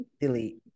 delete